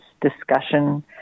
discussion